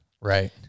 right